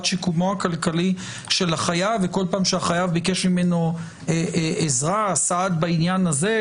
שיקומו הכלכלי של החייב וכל פעם שהחייב ביקש ממנו עזרה או סעד בעניין הזה,